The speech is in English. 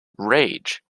rage